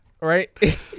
right